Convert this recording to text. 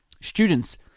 students